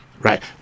right